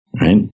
right